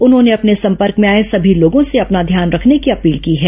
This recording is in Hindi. उन्होंने अपने संपर्क में आए सभी लोगों से अपना ध्यान रखने की अपील की है